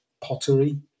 pottery